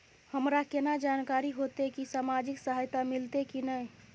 हमरा केना जानकारी होते की सामाजिक सहायता मिलते की नय?